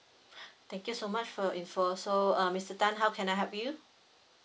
thank you so much for your info so uh mister tan how can I help you